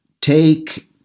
take